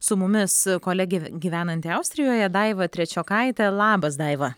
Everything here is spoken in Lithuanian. su mumis kolegė gyvenanti austrijoje daiva trečiokaitė labas daiva